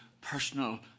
personal